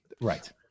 right